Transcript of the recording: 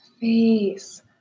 face